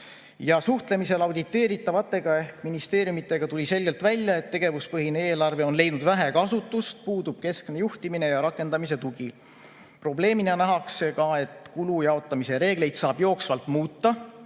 Suhtlemisel auditeeritavatega ehk ministeeriumidega tuli selgelt välja, et tegevuspõhine eelarve on leidnud vähe kasutust, puudub keskne juhtimine ja rakendamise tugi. Probleemina nähakse ka, et kulu jaotamise reegleid saab jooksvalt muuta